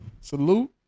Salute